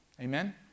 Amen